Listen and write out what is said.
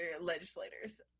legislators